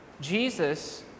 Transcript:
Jesus